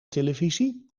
televisie